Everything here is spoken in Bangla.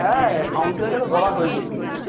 হ্যাঁ কাউন্সিলরকে তো বলা হয়েছে